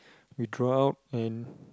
yes draw out and